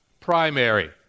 primary